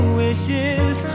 wishes